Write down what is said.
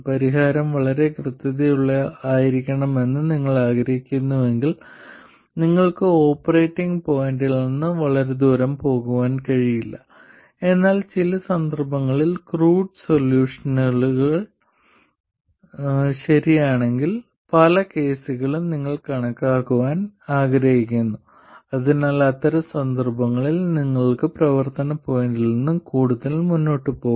പരിഹാരം വളരെ കൃത്യതയുള്ളതായിരിക്കണമെന്ന് നിങ്ങൾ ആഗ്രഹിക്കുന്നുവെങ്കിൽ നിങ്ങൾക്ക് ഓപ്പറേറ്റിംഗ് പോയിന്റിൽ നിന്ന് വളരെ ദൂരം പോകാൻ കഴിയില്ല എന്നാൽ ചില സന്ദർഭങ്ങളിൽ ക്രൂഡ് സൊല്യൂഷനുകൾ ശരിയാണെങ്കിൽ പല കേസുകളും നിങ്ങൾ കണക്കാക്കാൻ ആഗ്രഹിക്കുന്നു അതിനാൽ അത്തരം സന്ദർഭങ്ങളിൽ നിങ്ങൾക്ക് പ്രവർത്തന പോയിന്റിൽ നിന്ന് കൂടുതൽ മുന്നോട്ട് പോകാം